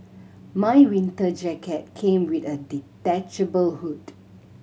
my winter jacket came with a detachable hood